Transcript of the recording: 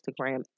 Instagram